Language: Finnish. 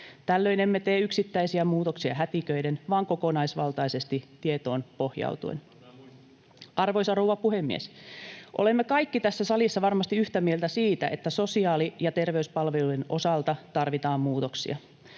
Tällöin emme tee yksittäisiä muutoksia hätiköiden vaan kokonaisvaltaisesti tietoon pohjautuen. [Eduskunnasta: Pannaan muistiin tämä!] Arvoisa rouva puhemies! Olemme kaikki tässä salissa varmasti yhtä mieltä siitä, että sosiaali- ja terveyspalveluiden osalta tarvitaan muutoksia.